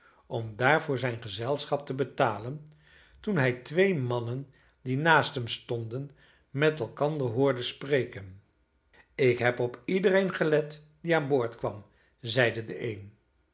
om daar voor zijn gezelschap te betalen toen hij twee mannen die naast hem stonden met elkander hoorde spreken ik heb op iedereen gelet die aan boord kwam zeide de een